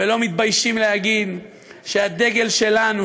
ולא מתביישים להגיד שהדגל שלנו,